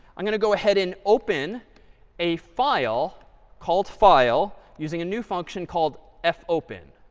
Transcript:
i'm going to go ahead and open a file called file, using a new function called fopen,